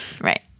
right